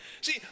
See